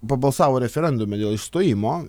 prabalsavo referendume dėl išstojimo